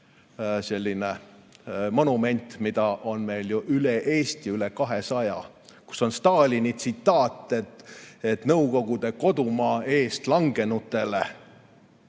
monument, milliseid on meil üle Eesti üle 200, kus on Stalini tsitaat, et Nõukogude kodumaa eest langenutele.